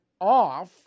off